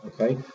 Okay